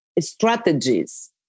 strategies